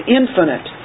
infinite